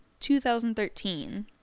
2013